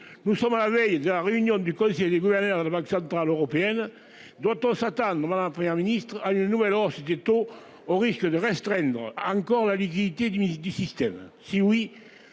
nous sommes à la veille de la réunion du conseil des gouverneurs de la Banque centrale européenne doit-on s'attendre à la Première ministre a une nouvelle hausse des taux, au risque de restreindre encore la liquidité du du système.